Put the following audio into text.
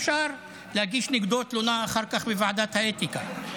אפשר להגיש נגדו תלונה אחר כך בוועדת האתיקה.